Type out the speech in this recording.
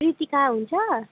प्रितिका हुन्छ